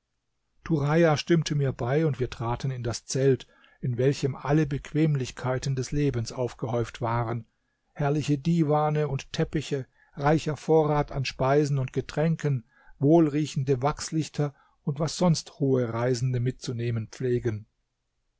stimmte mir bei und wir traten in das zelt in welchem alle bequemlichkeiten des lebens aufgehäuft waren herrliche divane und teppiche reicher vorrat an speisen und getränken wohlriechende wachslichter und was sonst hohe reisende mitzunehmen pflegen